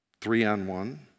three-on-one